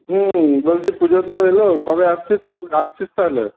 হুম বলছি পুজো তো এলো কবে আসছিস আসছিস তা হলে